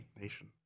Nation